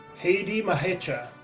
haydee mahecha,